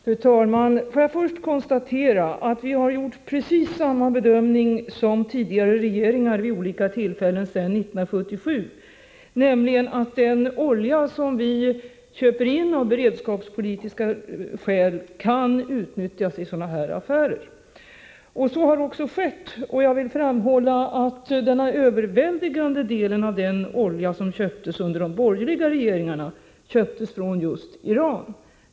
Fru talman! Jag vill först konstatera att vi har gjort samma bedömning som tidigare regeringar vid olika tillfällen sedan 1977, nämligen att den olja som vi köper in av beredskapspolitiska skäl kan utnyttjas i sådana här affärer. Så har också skett, och jag vill framhålla att den överväldigande delen av den olja som köpts in under de borgerliga regeringarna har köpts från just Iran.